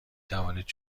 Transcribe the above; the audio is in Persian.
توانید